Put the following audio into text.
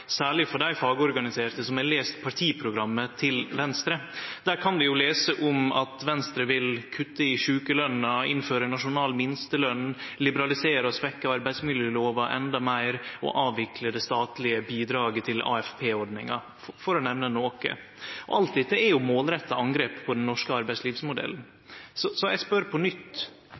særleg for dei fagorganiserte som har lese partiprogrammet til Venstre. Der kan vi lese at Venstre vil kutte i sjukeløna, innføre nasjonal minsteløn, liberalisere og svekkje arbeidsmiljølova endå meir og avvikle det statlege bidraget til AFP-ordninga – for å nemne noko. Alt dette er jo målretta angrep på den norske arbeidslivsmodellen. Eg spør på nytt: